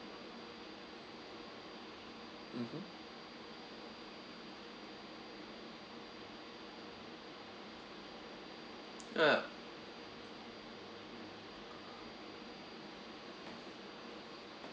mmhmm ah